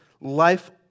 life